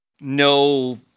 no